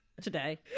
Today